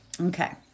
Okay